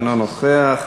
אינו נוכח,